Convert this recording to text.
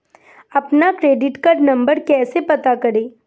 अपना credit card number कैसे पता करें?